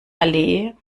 allee